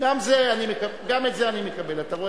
גם את זה אני מקבל, אתה רואה.